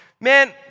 man